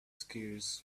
skiers